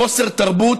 חוסר תרבות,